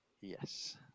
Yes